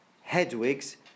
Hedwig's